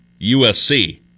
USC